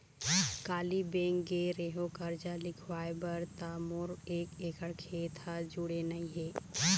काली bank गे रेहेव करजा लिखवाय बर त मोर एक एकड़ खेत ह जुड़े नइ हे